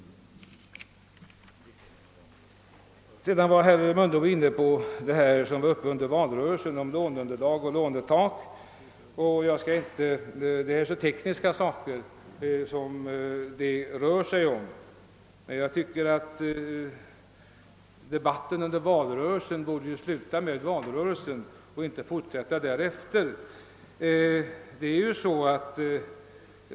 Herr Mundebo var även inne på något som var uppe under valrörelsen, nämligen låneunderlag och lånetak. Det gäller tekniska saker, men jag tycker att debatten under valrörelsen borde få sluta med valrörelsen och inte fortsätta därefter.